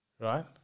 Right